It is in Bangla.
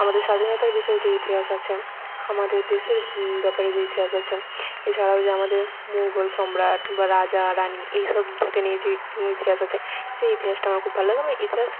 আমাদের স্বাধীনতার বিষয়ে যে ইতিহাস আছে আমাদের দেশের ব্যাপারে যে ইতিহাস আছে এছাড়াও যে আমাদের মুঘল সম্রাট বা রাজা ও রানি এই সব থেকে নিয়েছি ইতিহাস আছে সেই ইতিহাসটা আমার খুব ভালো লাগে আবার এই ইতিহাস